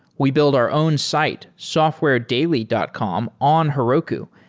we build our own site, softwaredaily dot com on heroku,